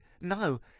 no